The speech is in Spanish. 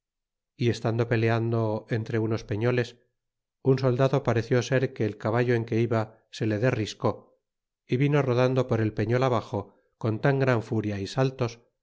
y estando peleando eatre unos peoles un soldado pareció ser que el caballo en que iba se le derriscó y vino rodando por el peñol ahaxo con tan gran furia y saltos